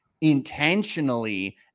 intentionally